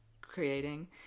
creating